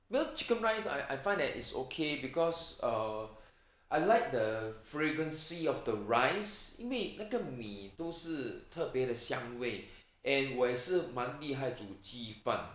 well chicken rice I I find that it's okay because err I like the fragrancy of the rice 因为那个米都是特别的香味 and 我也是蛮厉害煮鸡饭